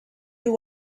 you